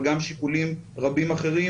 אבל גם שיקולים רבים אחרים,